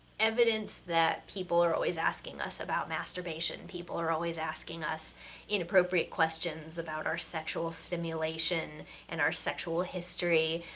evidence that people are always asking us about masturbation, and people are always asking us inappropriate questions about our sexual stimulation and our sexual history,